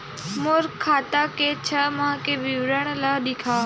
मोर खाता के छः माह के विवरण ल दिखाव?